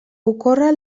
ocorre